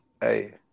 Hey